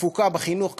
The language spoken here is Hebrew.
בתפוקה בחינוך,